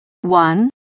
one